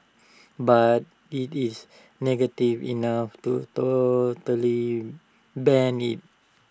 but IT is negative enough to totally ban IT